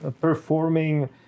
performing